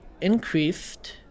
increased